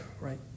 right